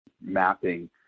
mapping